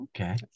Okay